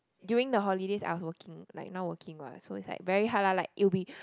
during the holidays I also working like now working what so it's like very hard lah like it will be